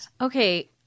Okay